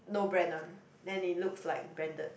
no brand [one] then it looks like branded